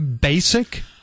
basic